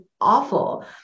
awful